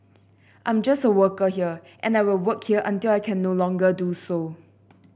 I'm just a worker here and I will work here until I can no longer do so